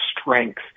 strength